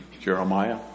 Jeremiah